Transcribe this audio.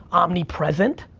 omnipresent.